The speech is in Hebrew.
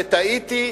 וטעיתי,